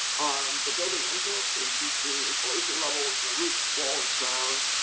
the building envelopes. so, increasing insulation levels in the roofs, walls, grounds,